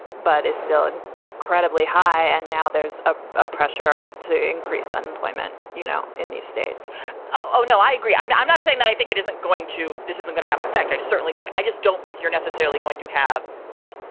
but is still an credibly high. and now there's ah pressure to increase unemployment. you know, in their states oh, no, i agree. i'm not yeah i'm not saying that. i think it isn't going to. this isn't gonna have an effect. i certainly think i just don't think you're necessarily going to have, like,